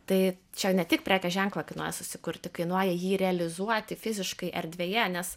tai čia ne tik prekės ženklą kainuoja susikurti kainuoja jį realizuoti fiziškai erdvėje nes